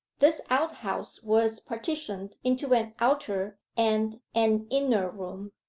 this outhouse was partitioned into an outer and an inner room,